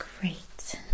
great